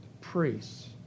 priests